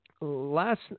last